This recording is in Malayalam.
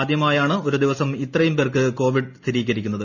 ആദ്യമായാണ് ഒരു ദിവസം ഇത്രയും പേർക്ക് കോവിഡ് സ്ഥിരീകരിക്കുന്നത്